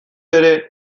ere